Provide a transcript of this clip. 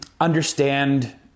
understand